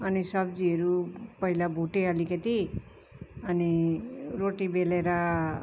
अनि सब्जीहरू पहिला भुटे अलिकति अनि रोटी बेलेर